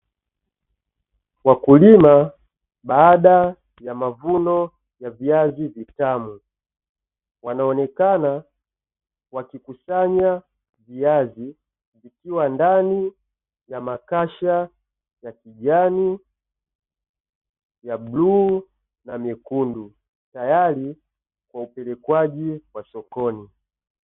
Wakulima baada ya mavuno ya viazi vitamu, wanaonekana wakikusanya viazi vikiwa ndani ya makasha ya kijana, ya bluu na nyekundu. Tayari kwa upelekwaji sokoni.